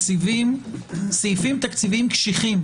סעיפים תקציביים קשיחים,